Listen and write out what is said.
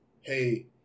hey